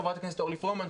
חברת הכנסת אורלי פרומן,